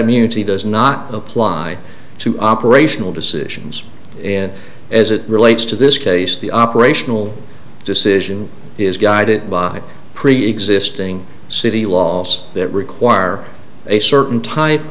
immunity does not apply to operational decisions in as it relates to this case the operational decision is guided by preexisting city laws that require a certain type